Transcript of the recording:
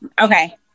Okay